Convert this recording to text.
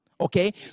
Okay